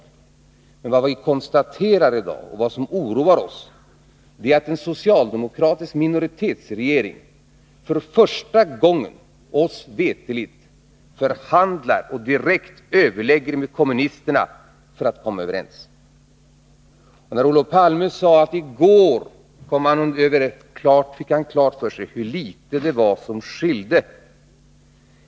Men vad vi konstaterar i dag och vad som oroar oss är att en socialdemokratisk minoritetsregering för första gången, oss veterligt, förhandlar och direkt överlägger med kommunisterna för att komma överens. Olof Palme sade att i går fick han klart för sig hur litet det var som skilde.